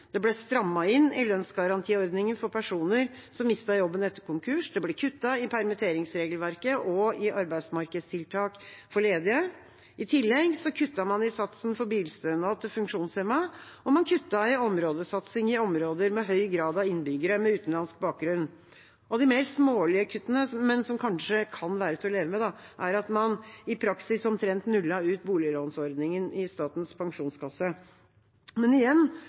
det ble strammet inn i lønnsgarantiordningen for personer som mistet jobben etter konkurs, det ble kuttet i permitteringsregelverket og i arbeidsmarkedstiltak for ledige. I tillegg kuttet man i satsen for bilstønad til funksjonshemmede, og man kuttet i områdesatsing i områder med høy grad av innbyggere med utenlandsk bakgrunn. Av de mer smålige kuttene – men som kanskje kan være til å leve med – er at man i praksis omtrent nullet ut boliglånsordningen i Statens pensjonskasse. Igjen: